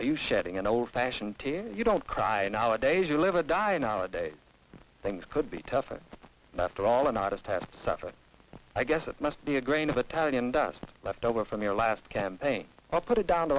are you shedding an old fashioned tear you don't cry in holidays you live or die in our day things could be tough and after all an artist has suffered i guess it must be a grain of italian dust left over from your last campaign i'll put it down to